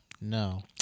No